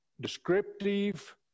descriptive